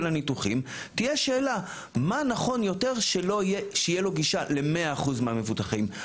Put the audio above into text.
הניתוחים תהיה שאלה מה נכון יותר שיהיה לו גישה ל-100% מהמבוטחים,